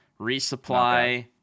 Resupply